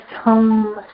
home